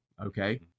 Okay